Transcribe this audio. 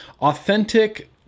authentic